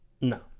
No